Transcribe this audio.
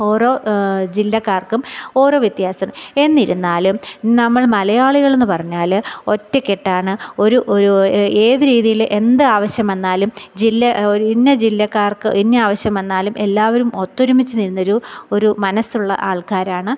ഓരോ ജില്ലക്കാർക്കും ഓരോ വ്യത്യാസം എന്നിരുന്നാലും നമ്മൾ മലയാളികൾ എന്നു പറഞ്ഞാൽ ഒറ്റക്കെട്ടാണ് ഒരു ഒരു ഏത് രീതിയിൽ എന്താവശ്യം വന്നാലും ജില്ലാ ഒരു ഇന്ന ജില്ലക്കാർക്ക് ഇന്ന ആവശ്യം വന്നാലും എല്ലാവരും ഒത്തൊരുമിച്ച് നിന്നൊരു ഒരു മനസ്സുള്ള ആൾക്കാരാണ്